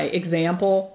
example